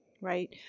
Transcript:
right